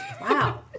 Wow